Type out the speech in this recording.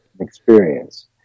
experience